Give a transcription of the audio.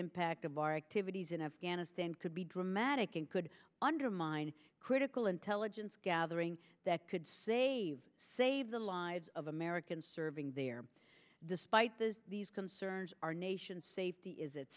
impact of our activities in afghanistan could be dramatic and could undermine critical intelligence gathering that could save save the lives of americans serving there despite these concerns our nation safety is at